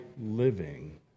living